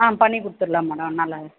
ஆ பண்ணி கொடுத்துர்லாம் மேடம் நல்லாவே